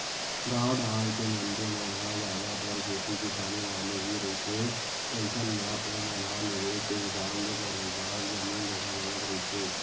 गाँव डाहर के मनखे मन ह जादतर खेती किसानी वाले ही रहिथे अइसन म ओमन ह निवेस के हिसाब ले बरोबर जमीन जघा लेवत रहिथे